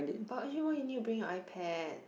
but you why you need bring your iPad